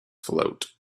float